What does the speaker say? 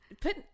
Put